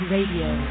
Radio